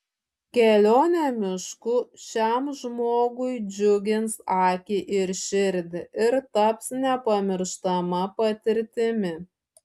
kelionė mišku šiam žmogui džiugins akį ir širdį ir taps nepamirštama patirtimi